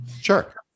Sure